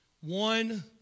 one